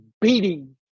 beating